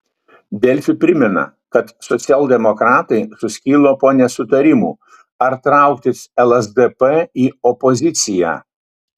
delfi primena kad socialdemokratai suskilo po nesutarimą ar trauktis lsdp į opoziciją